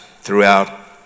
throughout